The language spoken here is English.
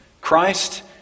Christ